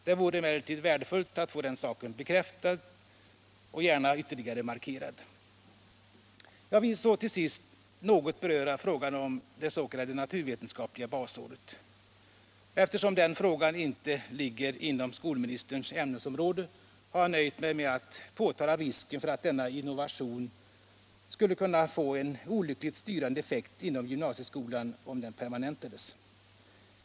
Det vore emellertid värdefullt att få den saken bekräftad och gärna ytterligare markerad. Jag vill till sist något beröra frågan om det s.k. naturvetenskapliga basåret. Eftersom den frågan inte ligger inom skolministerns ansvarsområde har jag nöjt mig med att peka på risken för att denna innovation, om den permanentades, skulle kunna få en olyckligt styrande effekt inom gymnasieskolan.